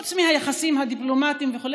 חוץ מהיחסים הדיפלומטיים וכו',